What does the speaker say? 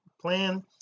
plan